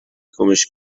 گمش